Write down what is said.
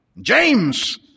James